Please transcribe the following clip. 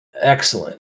excellent